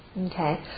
Okay